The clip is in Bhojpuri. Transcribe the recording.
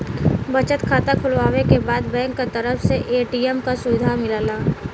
बचत खाता खुलवावे के बाद बैंक क तरफ से ए.टी.एम क सुविधा मिलला